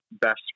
best